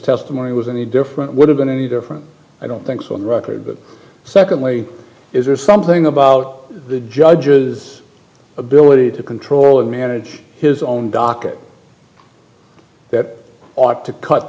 testimony was any different would have been any different i don't think so on the record but secondly is there something about the judge's ability to control and manage his own docket that ought to cut